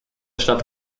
stadt